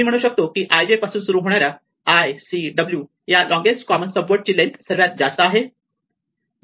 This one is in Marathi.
मी म्हणू शकतो की i j पासून सुरू होणाऱ्या l c w या लोंगेस्ट कॉमन सब वर्डची लेन्थ सर्वात जास्त आहे